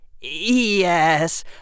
Yes